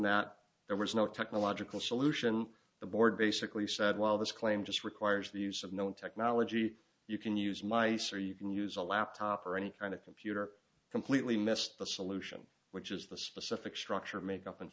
that there was no technological solution the board basically said well this claim just requires the use of known technology you can use my so you can use a laptop or any kind of computer completely missed the solution which is the specific structure of makeup and